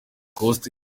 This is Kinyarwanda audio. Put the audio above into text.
uncle